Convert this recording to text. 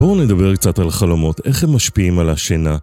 בואו נדבר קצת על חלומות, איך הם משפיעים על השינה